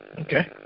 Okay